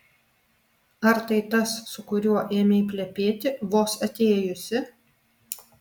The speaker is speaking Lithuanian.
ar tai tas su kuriuo ėmei plepėti vos atėjusi